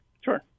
Sure